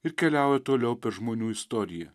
ir keliauja toliau per žmonių istoriją